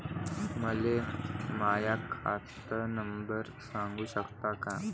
मले माह्या खात नंबर सांगु सकता का?